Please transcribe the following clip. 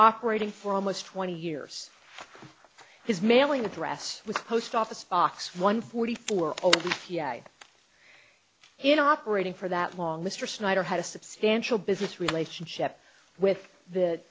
operating for almost twenty years his mailing address with post office box one forty four in operating for that long mr snyder had a substantial business relationship with th